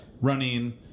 running